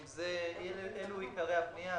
אלו עיקרי הפנייה,